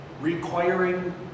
requiring